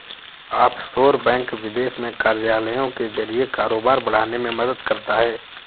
offshore bank विदेश में कार्यालयों के जरिए कारोबार बढ़ाने में मदद करता है